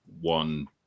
one